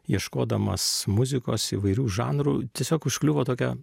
ieškodamas muzikos įvairių žanrų tiesiog užkliuvo tokia